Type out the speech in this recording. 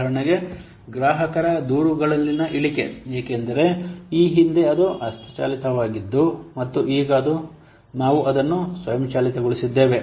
ಉದಾಹರಣೆಗೆ ಗ್ರಾಹಕರ ದೂರುಗಳಲ್ಲಿನ ಇಳಿಕೆ ಏಕೆಂದರೆ ಈ ಹಿಂದೆ ಅದು ಹಸ್ತಚಾಲಿತವಾಗಿದ್ದು ಮತ್ತು ಈಗ ನಾವು ಅದನ್ನು ಸ್ವಯಂಚಾಲಿತಗೊಳಿಸಿದ್ದೇವೆ